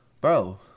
bro